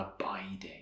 abiding